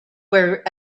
were